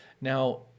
Now